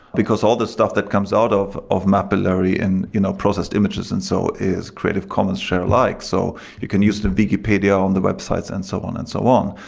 because all the stuff that comes out of of mapillary and you know processed images and so is creative common share likes. so you can use the wikipedia on the websites and so on and so on,